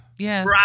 Yes